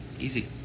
Easy